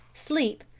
sleep,